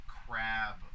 crab